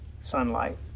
sunlight